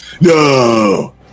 No